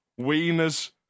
wieners